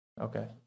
okay